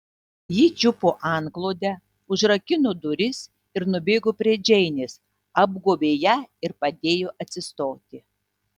ji čiupo antklodę užrakino duris ir nubėgo prie džeinės apgobė ją ir padėjo atsistoti